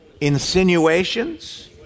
insinuations